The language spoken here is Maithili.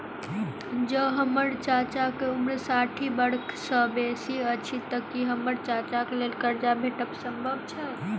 जँ हम्मर चाचाक उम्र साठि बरख सँ बेसी अछि तऽ की हम्मर चाचाक लेल करजा भेटब संभव छै?